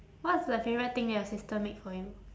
what's the favourite thing that your sister make for you